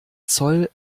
zoll